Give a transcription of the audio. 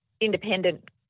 independent